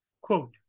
Quote